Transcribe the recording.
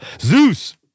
Zeus